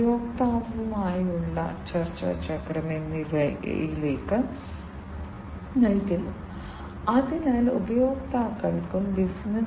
ഇവയെല്ലാം പരസ്പരം ബന്ധപ്പെട്ടിരിക്കുന്നു അവ ഡാറ്റ അയയ്ക്കാൻ പോകുന്നു